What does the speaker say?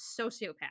sociopath